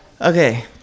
Okay